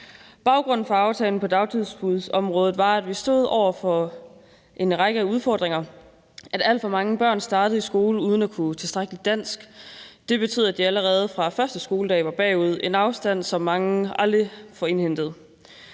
Baggrunden for aftalen på dagtilbudsområdet var, at vi stod over for en række udfordringer, ved at alt for mange børn startede i skolen uden at kunne tilstrækkeligt dansk. Det betød, at de allerede fra første skoledag var bagud – en afstand, som mange aldrig får indhentet.